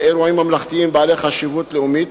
אירועים ממלכתיים בעלי חשיבות לאומית,